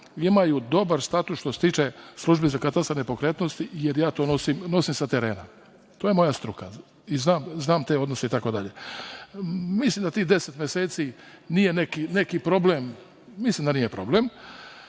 imaju dobar status što se tiče Službe za katastar nepokretnosti, jer ja to nosim sa terena. To je moja struka i znam te odnose. Mislim da tih deset meseci nije neki problem, mislim da nije problem.